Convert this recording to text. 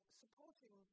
supporting